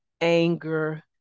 anger